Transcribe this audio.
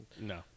No